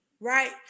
right